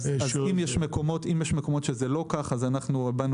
אם יש מקומות שזה לא כך, הבענו